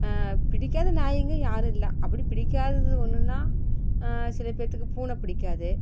பிடிக்காத நாய்ங்கள் யாரும் இல்லை அப்படி பிடிக்காதது ஒன்றுனா சிலப் பேருத்துக்கு பூனை பிடிக்காது